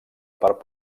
part